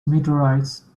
meteorites